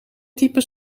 typen